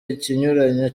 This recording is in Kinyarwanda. ikinyuranyo